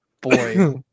boy